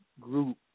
group